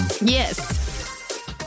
Yes